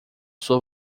sua